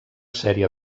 sèrie